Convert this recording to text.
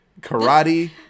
Karate